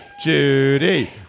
Judy